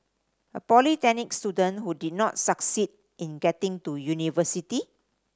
a polytechnic student who did not succeed in getting to university